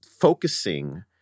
focusing